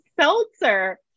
seltzer